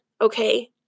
okay